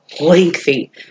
lengthy